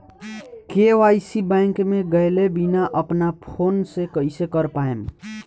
KYC bank मे गएले बिना अपना फोन से कइसे कर पाएम?